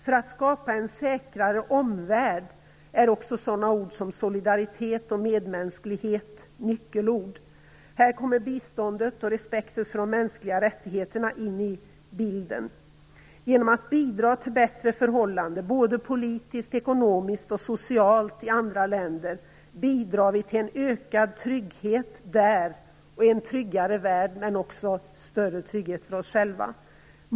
För att skapa en säkrare omvärld är också solidaritet och medmänsklighet nyckelord. Här kommer biståndet och respekten för de mänskliga rättigheterna in i bilden. Genom att bidra till bättre förhållanden politiskt, ekonomiskt och socialt i andra länder bidrar vi till ökad trygghet där och därmed till en tryggare värld, men också till större trygghet för oss själva.